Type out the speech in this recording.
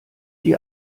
die